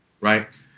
right